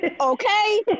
Okay